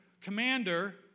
commander